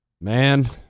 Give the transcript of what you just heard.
Man